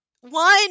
one